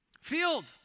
field